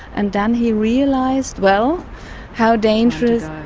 and then he realised well how dangerous.